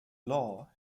law